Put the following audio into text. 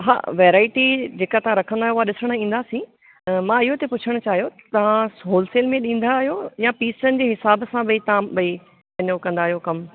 हा वैरायटी जेका तव्हां रखंदा आहियो उहो ॾिसणु ईंदासीं त मां इहो थी पुछणु चाहियो तव्हां होलसेल में ॾींदा आहियो या पीसनि जे हिसाब सां भई तव्हां भई पंहिंजो कंदा आयो कम